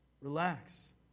Relax